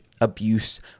abuse